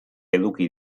eduki